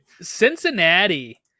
Cincinnati